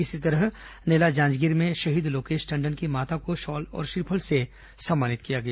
इसी तरह नैला जांजगीर में शहीद लोकेश टंडन की माता को शॉल और श्रीफल से सम्मानित किया गया